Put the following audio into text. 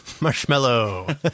Marshmallow